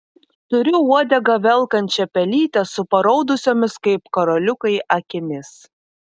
turiu uodegą velkančią pelytę su paraudusiomis kaip karoliukai akimis